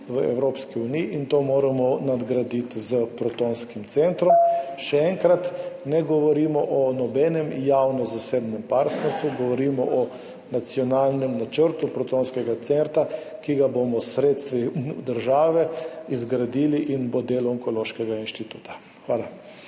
v Evropski uniji. To moramo nadgraditi s protonskim centrom. Še enkrat, ne govorimo o nobenem javno-zasebnem partnerstvu, govorimo o nacionalnem načrtu protonskega centra, ki ga bomo s sredstvi države izgradili in bo del Onkološkega inštituta. Hvala.